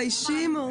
מתביישים.